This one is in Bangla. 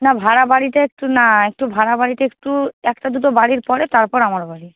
না ভাড়া বাড়িতে একটু না একটু ভাড়া বাড়িটা একটু একটা দুটো বাড়ির পরে তারপর আমার বাড়ি